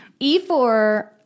E4